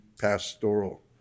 pastoral